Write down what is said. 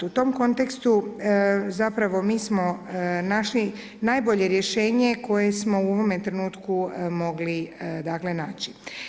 U tom kontekstu zapravo mi smo našli najbolje rješenje koje smo u ovome trenutku mogli naći.